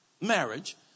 marriage